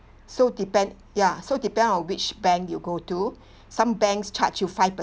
so depend ya so depend on which bank you go to some banks charge you five per~